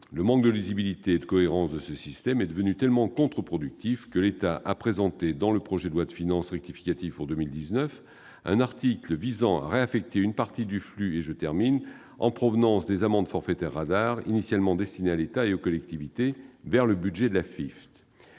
Le manque de lisibilité et de cohérence de ce système est devenu tellement contre-productif que l'État a présenté, dans le projet de loi de finances rectificative pour 2019, un article visant à réaffecter une partie du flux en provenance des amendes forfaitaires radars, initialement destiné à l'État et aux collectivités, vers le budget de l'Afitf.